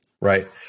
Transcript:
right